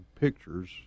pictures